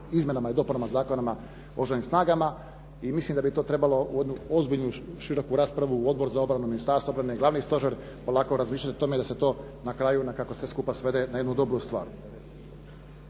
izmjenama i dopunama Zakona o Oružanim snagama i mislim da bi to trebalo u jednu ozbiljnu, široku raspravu, u Odbor za obranu Ministarstva obrane, Glavni stožer, polako razmišljati o tome da se to na kraju nekako sve skupa svede na jednu dobru stvar.